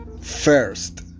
first